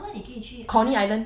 or not 你可以去